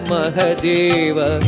Mahadeva